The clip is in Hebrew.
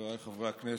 חבריי חברי הכנסת,